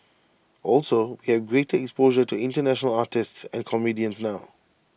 also we have greater exposure to International artists and comedians now